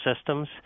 systems